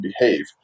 behave